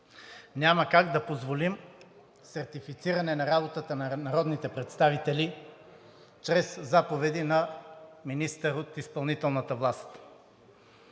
Няма как да позволим сертифициране на работата на народните представители чрез заповеди на министър от изпълнителната власт!